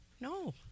no